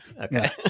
Okay